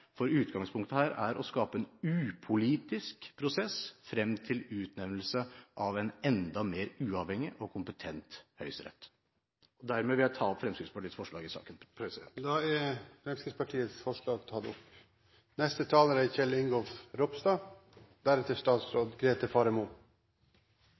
for utgangspunktet her er å skape en upolitisk prosess frem til utnevnelse av en enda mer uavhengig og kompetent Høyesterett. Jeg vil dermed ta opp Fremskrittspartiets forslag i saken. Representanten Anders Anundsen har tatt opp